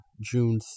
June